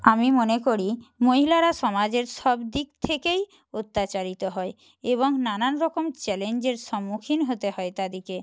আমি মনে করি মহিলারা সমাজের সব দিক থেকেই অত্যাচারিত হয় এবং নানান রকম চ্যালেঞ্জের সম্মুখীন হতে হয় তাদেরকে